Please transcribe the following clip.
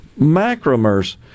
Macromers